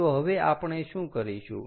તો હવે આપણે શું કરીશું